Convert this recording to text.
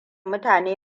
mutane